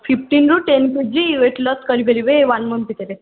ଫିଫ୍ଟିନ୍ରୁ ten K G କମ୍ କରିପାରିବେ weight loss କରିପାରିବେ ୱାନ୍ ମନ୍ଥ ଭିତରେ